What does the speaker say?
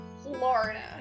Florida